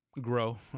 grow